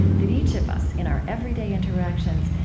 that each of us, in our everyday interactions,